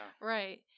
Right